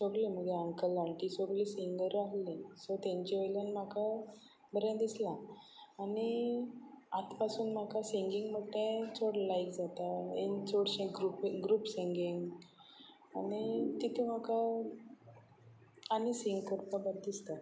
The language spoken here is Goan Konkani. सगलीं म्हजी अंकल आंटी सगलीं सिंगर आसलीं सो तांचे वयल्यान म्हाका बरें दिसलां आनी आतां पासून म्हाका सिंगींग म्हणटा तें चड लायक जाता इन चडशें ग्रुपी ग्रूप सिंगींग आनी तातूंत म्हाका आनी सिंग करपा बरें दिसता